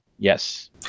Yes